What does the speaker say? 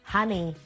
Honey